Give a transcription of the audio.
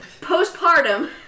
postpartum